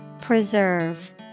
Preserve